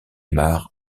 mar